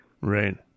Right